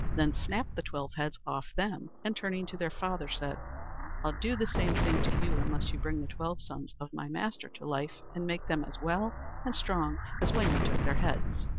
then snapped the twelve heads off them, and turning to their father, said i'll do the same thing to you unless you bring the twelve sons of my master to life, and make them as well and strong as when you took their heads.